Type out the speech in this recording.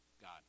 god